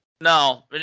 no